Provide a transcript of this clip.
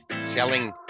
selling